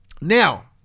Now